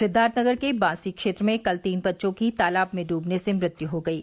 सिद्वार्थनगर के बाँसी क्षेत्र में कल तीन बच्चों की तालाब में डूबने से मृत्यु हो गयी